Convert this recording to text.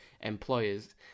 employers